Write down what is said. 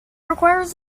requires